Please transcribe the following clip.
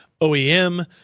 OEM